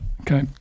Okay